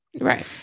right